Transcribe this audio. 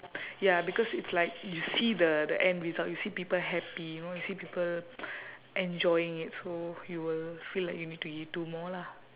ya because it's like you see the the end result you see people happy you know you see people enjoying it so you will feel like you need to g~ do more lah